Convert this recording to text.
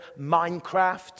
Minecraft